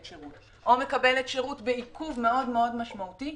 שירות או מקבלת שירות בעיכוב מאוד משמעותי,